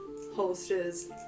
holsters